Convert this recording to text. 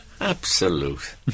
Absolute